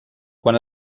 quan